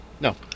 No